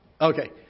Okay